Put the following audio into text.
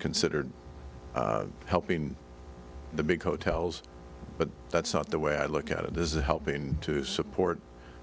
considered helping the big hotels but that's not the way i look at it is it helping to support